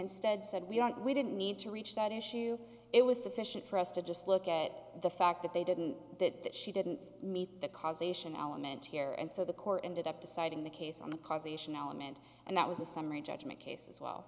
instead said we don't we didn't need to reach that issue it was sufficient for us to just look at the fact that they didn't that she didn't meet the cause ation element here and so the court ended up deciding the case on causation element and that was a summary judgment case as well